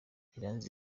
iranzi